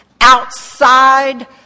outside